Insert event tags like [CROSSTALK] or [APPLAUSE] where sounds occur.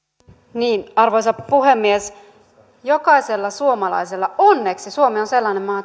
niin arvoisa puhemies jokaisella suomalaisella onneksi suomi on sellainen maa [UNINTELLIGIBLE]